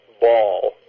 ball